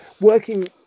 working